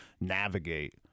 navigate